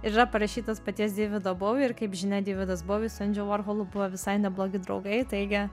ir yra parašytas paties deivido bowie ir kaip žinia deividas bowie su endžiu vorholu buvo visai neblogi draugai taigi